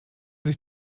sich